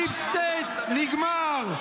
הדיפ-סטייט נגמר.